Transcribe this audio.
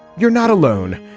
you're not alone.